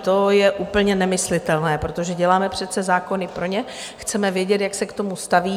To je úplně nemyslitelné, protože děláme přece zákony pro ně, chceme vědět, jak se k tomu staví.